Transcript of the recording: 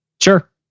Sure